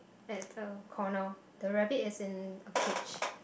at a corner the rabbit is in a cage